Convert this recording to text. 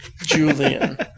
Julian